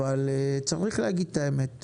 אבל צריך להגיד את האמת,